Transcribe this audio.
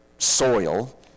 soil